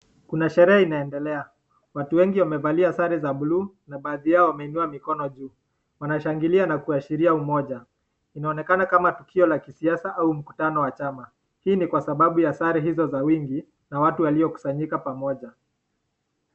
Kuna sherehe inaendelea watu wengi wamevalia sare za buluu na baadhi yao wameinua mikono juu wanashangulia na kuashiria umoja inaonekana kama tukio la kiasasa ama mkutano wa chama hii ni kwa sababu ya sare hizo za wingi na watu waliokusanyika pamoja.